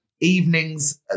evenings